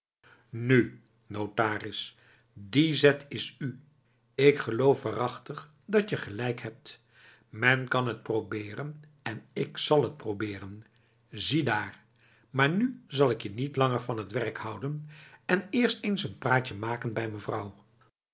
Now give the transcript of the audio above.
nu notaris die zet is u ik geloof waarachtig datje gelijk hebt men kan het proberen en ik zal het proberen ziedaar maar nu zal ik je niet langer van t werk houden en eerst eens n praatje gaan maken bij mevrouwf